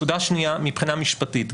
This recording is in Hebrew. נקודה שנייה מבחינה משפטית,